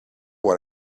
what